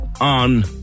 on